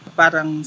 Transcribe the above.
parang